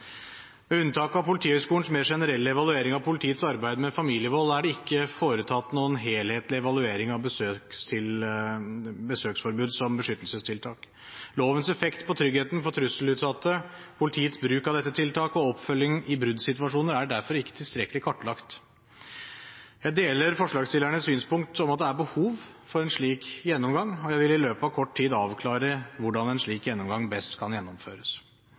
Med unntak av Politihøgskolens mer generelle evaluering av politiets arbeid med familievold er det ikke foretatt noen helhetlig evaluering av besøksforbud som beskyttelsestiltak. Lovens effekt på tryggheten for trusselutsatte, politiets bruk av dette tiltaket og oppfølging i bruddsituasjoner er derfor ikke tilstrekkelig kartlagt. Jeg deler forslagsstillernes synspunkt om at det er behov for en slik gjennomgang, og vil i løpet av kort tid avklare hvordan en slik gjennomgang best kan gjennomføres.